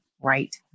right